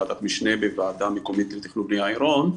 ועדת משנה בוועדה מקומית לתכנון ובנייה עירון,